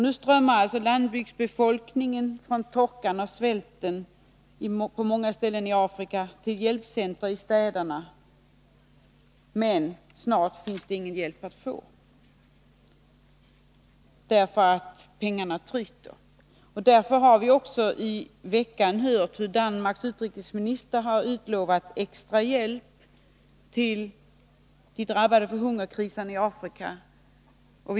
Nu strömmar landsbygdens befolkning från torkan och svälten på många ställen i Afrika till hjälpcentra i städerna. Men snart finns där ingen hjälp att få, eftersom pengarna tryter. Vi har emellertid i veckan hört hur Danmarks utrikesminister utlovat extrahjälp till de av hungerkrisen i Afrika drabbade.